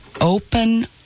open